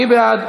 מי בעד?